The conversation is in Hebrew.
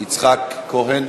יצחק כהן.